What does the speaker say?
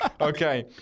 Okay